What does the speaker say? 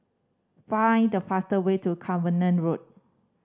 find the fastest way to Cavenagh Road